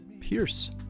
Pierce